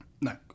No